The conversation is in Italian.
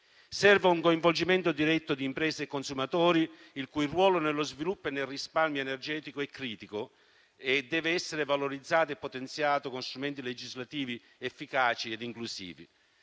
Serve un coinvolgimento diretto di imprese e consumatori, il cui ruolo nello sviluppo e nel risparmio energetico è critico e dev'essere valorizzato e potenziato con strumenti legislativi efficaci e inclusivi.